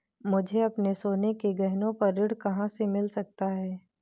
मुझे अपने सोने के गहनों पर ऋण कहाँ से मिल सकता है?